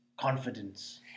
confidence